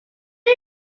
you